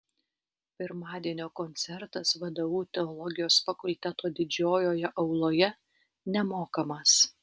pirmadienio koncertas vdu teologijos fakulteto didžiojoje auloje nemokamas